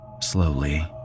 Slowly